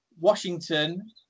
Washington